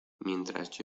mientras